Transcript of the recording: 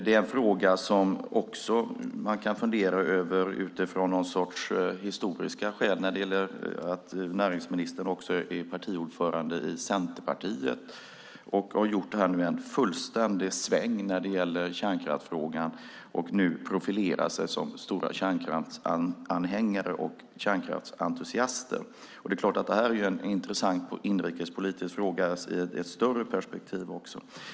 Det är också en fråga som man kan fundera på av någon sorts historiska skäl eftersom näringsministern också är partiordförande i Centerpartiet som har gjort en fullständig sväng i kärnkraftsfrågan och nu profilerar sig som stora kärnkraftsanhängare och kärnkraftsentusiaster. Det är en intressant inrikespolitisk fråga i ett större perspektiv.